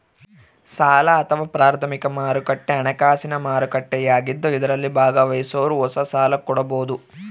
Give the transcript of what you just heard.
ಸಾಲ ಅಥವಾ ಪ್ರಾಥಮಿಕ ಮಾರುಕಟ್ಟೆ ಹಣಕಾಸಿನ ಮಾರುಕಟ್ಟೆಯಾಗಿದ್ದು ಇದರಲ್ಲಿ ಭಾಗವಹಿಸೋರು ಹೊಸ ಸಾಲ ಕೊಡಬೋದು